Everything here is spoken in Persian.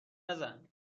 نزن